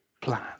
plan